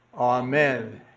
amen,